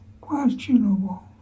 questionable